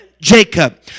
Jacob